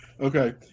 Okay